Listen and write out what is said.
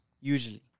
usually